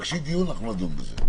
תבקשי דיון ונדון בזה.